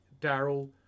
Daryl